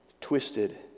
twisted